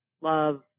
love